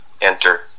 enter